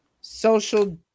social